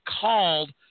called